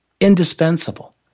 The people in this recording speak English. indispensable